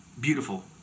beautiful